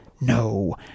No